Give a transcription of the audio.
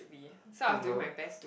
be so I was doing my best to